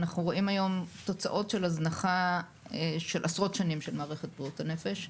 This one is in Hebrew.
אנחנו רואים היום תוצאות של הזנחה של עשרות שנים של מערכת בריאות הנפש.